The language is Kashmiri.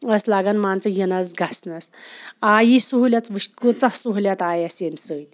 ٲسۍ لَگَن مان ژٕ یِنَس گژھنَس آے یہِ سہوٗلیژ وٕچھ کۭژاہ سہوٗلیت آے اَسہِ ییٚمہِ سۭتۍ